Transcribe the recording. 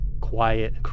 quiet